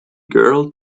girl